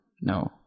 no